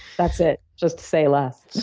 that's it. just say less.